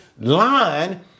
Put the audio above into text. line